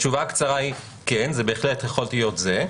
התשובה הקצרה היא: כן, זה בהחלט יכול להיות זה.